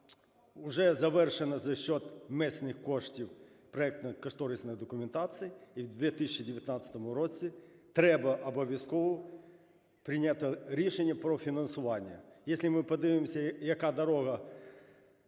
вже завершено, за рахунок міських коштів, проектно-кошторисна документація і у 2019 році треба обов'язково прийняти рішення про фінансування.